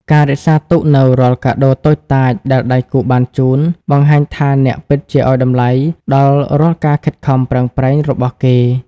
ការរក្សាទុកនូវរាល់កាដូតូចតាចដែលដៃគូបានជូន បង្ហាញថាអ្នកពិតជាឱ្យតម្លៃដល់រាល់ការខិតខំប្រឹងប្រែងរបស់គេ។